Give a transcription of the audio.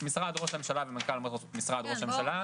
משרד ראש הממשלה ומנכ"ל משרד ראש הממשלה --- כן,